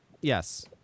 Yes